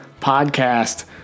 podcast